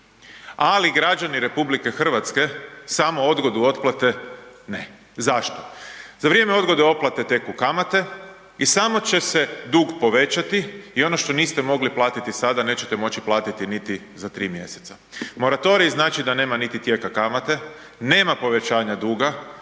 ali građani RH samo odgodu otplate ne. Zašto? Za vrijeme odgode otplate teku kamate i samo će se dug povećati i ono što niste mogli platiti sada neće moći platiti niti za 3 mjeseca. Moratorij znači da nema tijeka kamate, nema povećanja duga,